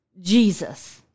Jesus